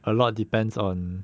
a lot depends on